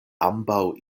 ambaŭ